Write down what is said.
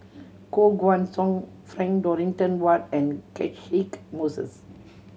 Koh Guan Song Frank Dorrington Ward and Catchick Moses